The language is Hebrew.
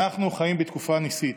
אנחנו חיים בתקופה ניסית.